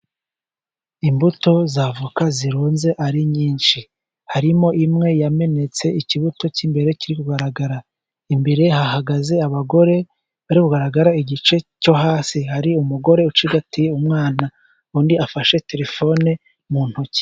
Imbuto z'avoka zirunze ari nyinshi, harimo imwe yamenetse ikibuto cy'imbere kigaragara, imbere hahagaze abagore bari kugaragara igice cyo hasi, hari umugore ucigatiye umwana, undi afashe terefone mu ntoki.